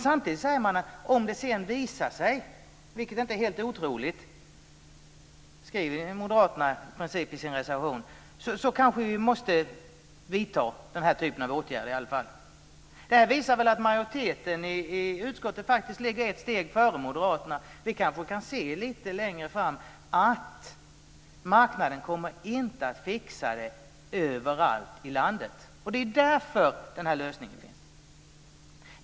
Samtidigt säger man att om det sedan visar sig, vilket inte är helt otroligt, skriver moderaterna i princip i sin reservation, kanske vi måste vidta den här typen av åtgärder i alla fall. Det här visar att majoriteten i utskottet faktiskt ligger ett steg före moderaterna. Vi kanske kan se lite längre fram att marknaden inte kommer att fixa detta överallt i landet. Det är därför den här lösningen finns.